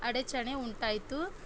ಅಡಚಣೆ ಉಂಟಾಯಿತು